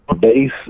base